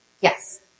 Yes